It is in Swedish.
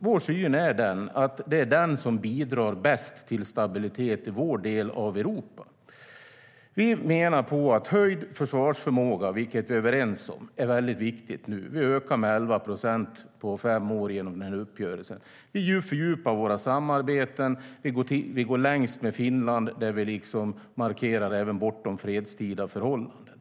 Vår syn är att alliansfriheten bidrar bäst till stabilitet i vår del av Europa. Vi menar att ökad försvarsförmåga, vilket vi är överens om, är viktig. Den ökar, med hjälp av en uppgörelse, med 11 procent under fem år. Vi vill fördjupa våra samarbeten. Vi går längst med Finland, där vi markerar även bortom fredstida förhållanden.